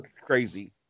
crazy